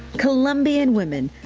colombian women.